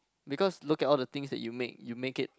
because look at all the things that you make you make it